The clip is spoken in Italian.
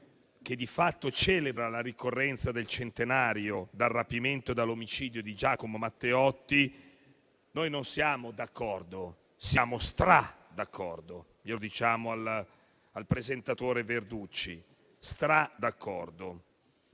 che di fatto celebra la ricorrenza del centenario dal rapimento e dall'omicidio di Giacomo Matteotti, noi non siamo d'accordo, siamo stra-d'accordo, e lo diciamo al presentatore, senatore Verducci.